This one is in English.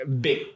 big